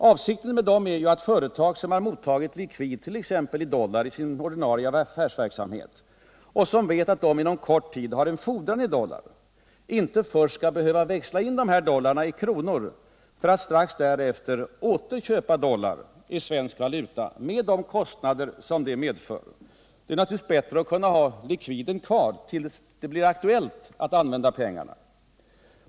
Avsikten med dem är ju att företag som har mottagit likvid, t.ex. i dollar, i sin ordinarie affärsverksamhet och som vet att de inom kort tid får en fordran i dollar, inte först skall behöva växla in dessa dollar i kronor för att strax därefter åter köpa dollar i svensk valuta, med de kostnader det medför. Det är naturligtvis bättre att kunna ha likviden kvar tills det blir aktuellt att använda pengarna.